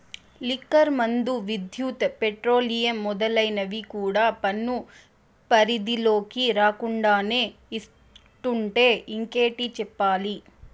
liquor మందు, విద్యుత్, petroleum మొదలైనవి కూడా పన్ను పరిధిలోకి రాకుండానే ఇట్టుంటే ఇంకేటి చెప్పాలి